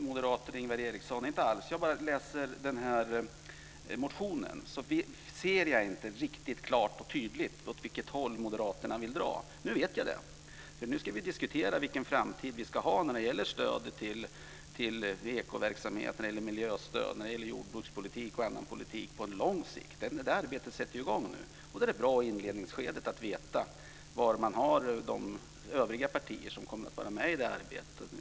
Fru talman! När jag läser motionen, Ingvar Eriksson, ser jag inte riktigt klart och tydligt åt vilket håll Moderaterna vill dra. Nu vet jag det. Nu ska vi diskutera vilken framtid vi ska ha när det gäller stöd för ekoverksamhet, miljöstöd och jordbrukspolitik och annan politik på lång sikt. Det arbetet sätter nu i gång. Det är bra att i inledningsskedet veta var de övriga partierna som kommer att vara med i arbetet finns.